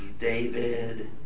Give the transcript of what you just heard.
David